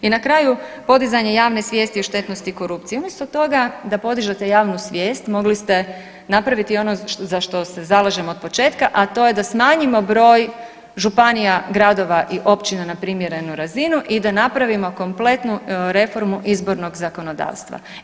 I na kraju, podizanje javne svijesti o štetnosti korupcije, umjesto toga da podižete javnu svijest mogli ste napraviti ono za što se zalažemo od početka, a to je da smanjimo broj županija, gradova i općina na primjerenu razinu i da napravimo kompletnu reformu izbornog zakonodavstva.